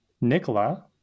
Nicola